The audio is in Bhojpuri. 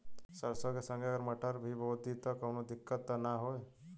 सरसो के संगे अगर मटर भी बो दी त कवनो दिक्कत त ना होय?